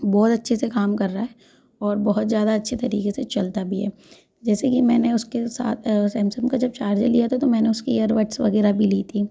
बहुत अच्छे से काम कर रहा है और बहुत ज्यादा अच्छे तरीके से चलता भी है जैसे कि मैंने उसके साथ अ सैमसंग का जब चार्जर लिया था तो मैंने उसकी इयर बड्स वगैरह भी ली थी